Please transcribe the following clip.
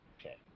Okay